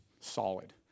solid